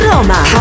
Roma